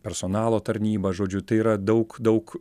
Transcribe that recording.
personalo tarnyba žodžiu tai yra daug daug